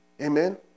Amen